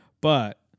But-